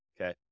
Okay